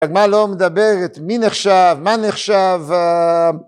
רק מה לא מדברת, מי נחשב, מה נחשב